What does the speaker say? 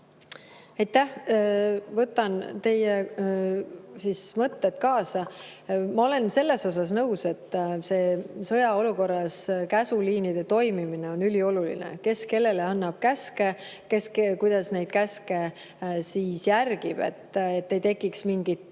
Aitäh! Võtan teie mõtted kaasa. Ma olen sellega nõus, et sõjaolukorras käsuliinide toimimine on ülioluline, kes kellele annab käske, kes kuidas neid käske järgib, et ei tekiks mingit